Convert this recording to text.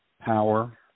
power